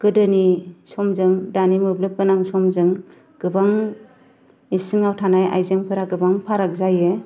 गोदोनि समजों दानि मोब्लिब गोनां समजों गोबां इसिङाव थानाय आइजेंफोरा गोबां फाराग जायो